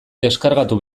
deskargatu